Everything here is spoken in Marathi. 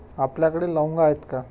आपल्याकडे लवंगा आहेत का?